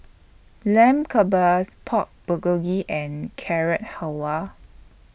Lamb Kebabs Pork Bulgogi and Carrot Halwa